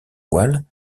voiles